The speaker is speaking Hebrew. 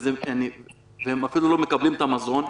ואפילו לא מקבלים מזון?